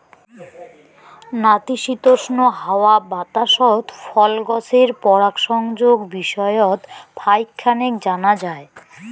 নাতিশীতোষ্ণ হাওয়া বাতাসত ফল গছের পরাগসংযোগ বিষয়ত ফাইক খানেক জানা যায়